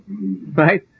Right